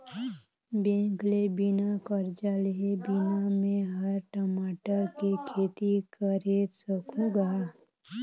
bank ले बिना करजा लेहे बिना में हर टमाटर के खेती करे सकहुँ गा